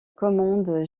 commande